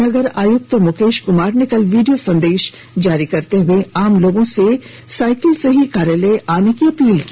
नगर आयुक्त मुकेश कुमार ने कल वीडियो संदेश जारी करते हुए आम लोगों से साइकिल से ही कार्यालय आने की अपील की